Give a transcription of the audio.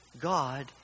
God